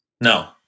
No